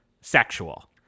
sexual